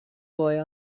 boy